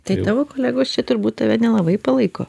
tai tavo kolegos čia turbūt tave nelabai palaiko